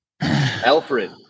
alfred